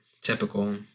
Typical